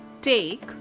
take